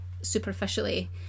superficially